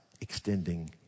extending